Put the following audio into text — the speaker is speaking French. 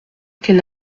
qu’elle